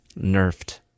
nerfed